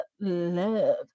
love